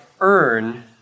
earn